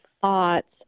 thoughts